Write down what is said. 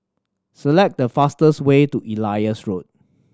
select the fastest way to Elias Road